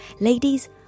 Ladies